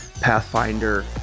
Pathfinder